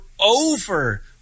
over